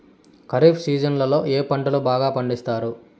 ఖరీఫ్ సీజన్లలో ఏ పంటలు బాగా పండిస్తారు